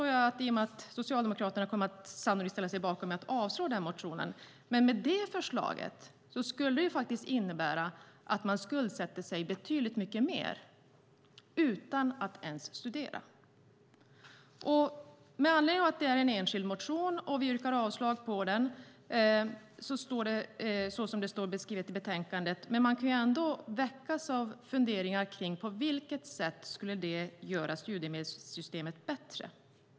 Socialdemokraterna kommer sannolikt att ställa sig bakom att avslå den motionen. Men det förslaget skulle faktiska innebära att man skuldsätter sig betydligt mycket mer - utan att ens studera. Det är en enskild motion, och vi yrkar avslag på den, som det står i betänkandet, men man kan ändå få funderingar kring på vilket sätt det skulle gör studiemedelssystemet bättre.